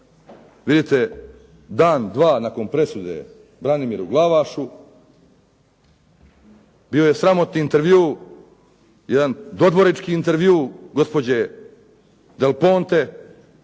vidite, dan dva nakon presude Branimiru Glavašu bio je sramotni intervju, jedan dodvornički intervju gospođe Del Ponte,